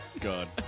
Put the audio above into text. god